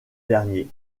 dernier